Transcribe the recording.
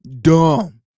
dumb